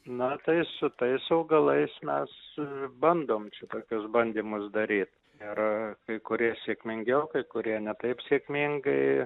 na tai su tais augalais mes bandom čia tokius bandymus daryt ir kai kurie sėkmingiau kai kurie ne taip sėkmingai